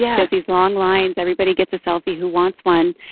yeah get these long lines, everybody gets a selfie, who wants one?